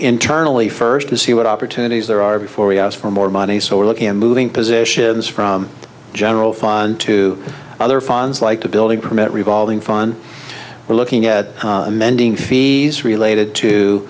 internally first to see what opportunities there are before we ask for more money so we're looking at moving positions from the general fund to other funds like the building permit revolving fund we're looking at amending fees related to